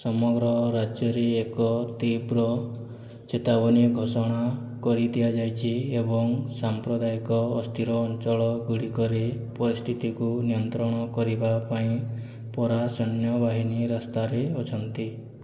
ସମଗ୍ର ରାଜ୍ୟରେ ଏକ ତୀବ୍ର ଚେତାବନୀ ଘୋଷଣା କରିଦିଆଯାଇଛି ଏବଂ ସାମ୍ପ୍ରଦାୟିକ ଅସ୍ଥିର ଅଞ୍ଚଳ ଗୁଡ଼ିକରେ ପରିସ୍ଥିତିକୁ ନିୟନ୍ତ୍ରଣ କରିବା ପାଇଁ ପରା ସୈନ୍ୟବାହିନୀ ରାସ୍ତାରେ ଅଛନ୍ତି